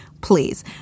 please